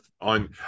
on